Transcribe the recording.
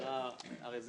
הרי זה